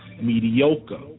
mediocre